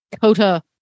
Cota